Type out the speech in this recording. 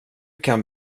kan